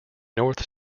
north